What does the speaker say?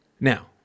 Now